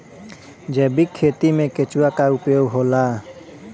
जैविक खेती मे केचुआ का उपयोग होला?